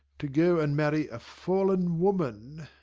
to go and marry a fallen woman!